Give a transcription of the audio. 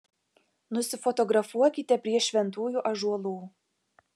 nusifotografuokite prie šventųjų ąžuolų